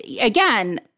again